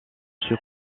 sur